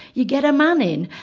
you get a man in.